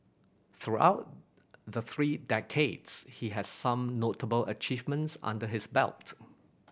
throughout the three decades he has some notable achievements under his belt